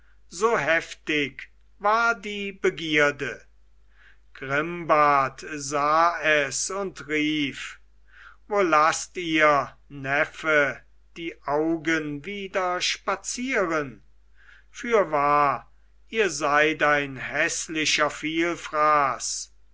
so heftig war die begierde grimbart sah es und rief wo laßt ihr neffe die augen wieder spazieren fürwahr ihr seid ein häßlicher vielfraß